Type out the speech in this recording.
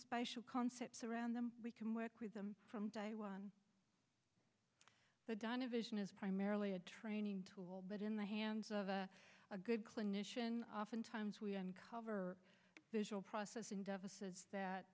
special concepts around them we can work with them from day one so donna vision is primarily a training tool but in the hands of a good clinician oftentimes we uncover visual processing deficit that